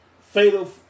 Fatal